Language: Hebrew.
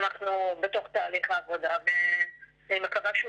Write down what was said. אנחנו בתוך תהליך העבודה ואני מקווה שהוא